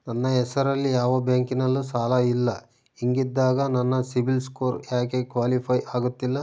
ನನ್ನ ಹೆಸರಲ್ಲಿ ಯಾವ ಬ್ಯಾಂಕಿನಲ್ಲೂ ಸಾಲ ಇಲ್ಲ ಹಿಂಗಿದ್ದಾಗ ನನ್ನ ಸಿಬಿಲ್ ಸ್ಕೋರ್ ಯಾಕೆ ಕ್ವಾಲಿಫೈ ಆಗುತ್ತಿಲ್ಲ?